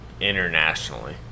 internationally